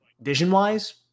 vision-wise